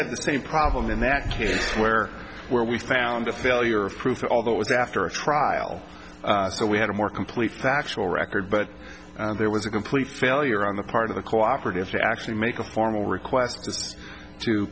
had the same problem in that case where where we found the failure of proof although it was after a trial so we had a more complete factual record but there was a complete failure on the part of the cooperative to actually make a formal request